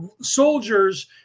soldiers